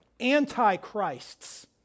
antichrists